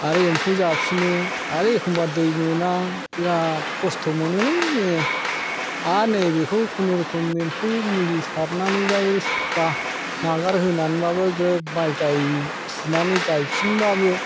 आरो एम्फौ जाफिनो आरो एखमब्ला दै मोना बिराद खस्थ' मोनो जोङो आरो नै बेखौ खुनुरुखुम एम्फौ मुलि सारनानैब्लाबो नागार होनानैब्लाबो ग्रोब माइ फुनानै गायफिनब्लाबो